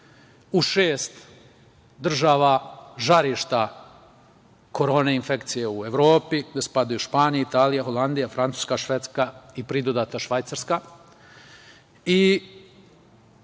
u šest država, žarišta korona infekcije u Evropi. Tu spadaju Španija, Italija, Holandija, Francuska, Švedska i pridodata Švajcarska. Studija